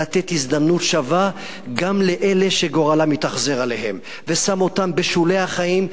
לתת הזדמנות שווה גם לאלה שגורלם התאכזר אליהם ושם אותם בשולי החיים,